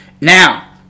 Now